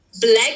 black